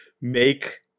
make